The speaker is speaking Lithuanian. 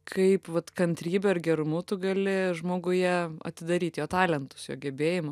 kaip vat kantrybe ir gerumu tu gali žmoguje atidaryt jo talentus jo gebėjimą